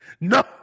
No